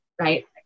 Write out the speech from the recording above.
right